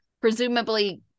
presumably